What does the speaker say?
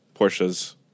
Porsches